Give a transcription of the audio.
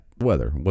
weather